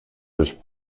durch